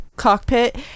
cockpit